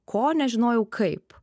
ko nežinojau kaip